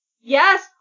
Yes